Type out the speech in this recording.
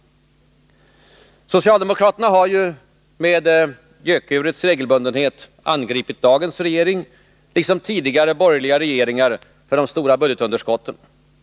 Socialdemokraterna har med gökurets regelbundenhet angripit dagens regering, liksom tidigare borgerliga regeringar, för de stora budgetunder skotten.